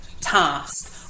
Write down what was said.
task